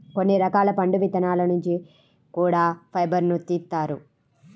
కొన్ని రకాల పండు విత్తనాల నుంచి కూడా ఫైబర్ను తీత్తారు